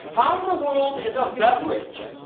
how in the world is a beverage,